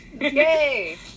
Yay